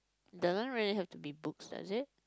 don't really have to be books does it